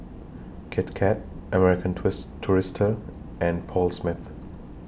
Kit Kat American tourist Tourister and Paul Smith